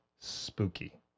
spooky